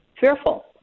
fearful